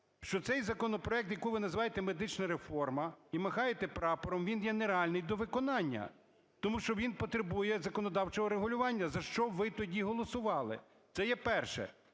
що цей законопроект, який ви називаєте медичне реформа і махаєте прапором, він є нереальний до виконання, тому що він потребує законодавчого регулювання. За що ви тоді голосували? Це є перше.